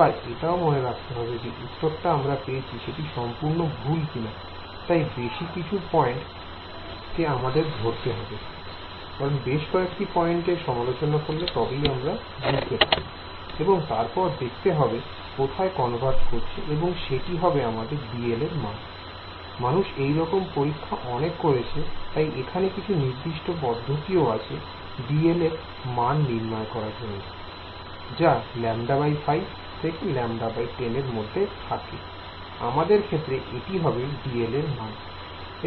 আবার এটাও মনে হতে পারে যে উত্তরটা আমরা পেয়েছি সেটি সম্পূর্ণ ভুল কিনা I তাই বেশ কিছু পয়েন্ট কে আমাদের ধরতে হবে এবং তারপর দেখতে হবে কোথায় কনভার্জ করছে এবং সেটি হবে আমাদের dl এর মান I মানুষ এইরকম পরীক্ষা অনেক করেছে তাই এখানে কিছু নির্দিষ্ট পদ্ধতিও আছে dl এর মাল নির্ণয় করা যা λ5 থেকে λ10 র মধ্যে হবে আমাদের ক্ষেত্রে এটি হবে dl এর মান I